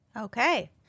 Okay